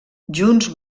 junts